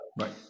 Right